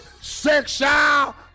sexual